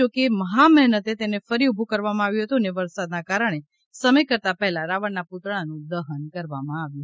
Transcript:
જોકે મહામહેનતે તેને ફરી ઊભું કરવામાં આવ્યું હતું અને વરસાદના કારણે સમય કરતા પહેલા રાવણના પૂતળાનું દહન કરવામાં આવ્યું હતું